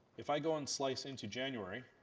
if i go and slice into january,